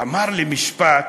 והוא אמר לי משפט,